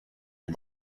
dem